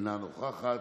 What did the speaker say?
אינה נוכחת,